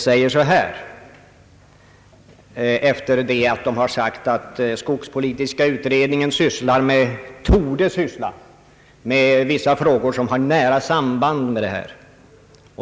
Först står det att skogspolitiska utredningen »torde» syssla med vissa frågor som har »nära samband» med denna.